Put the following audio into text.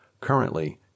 Currently